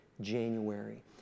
January